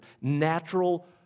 natural